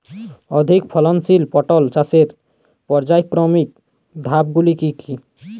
অধিক ফলনশীল পটল চাষের পর্যায়ক্রমিক ধাপগুলি কি কি?